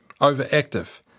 overactive